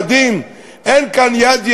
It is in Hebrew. אין כאן יעדים,